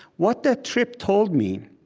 what that trip told me,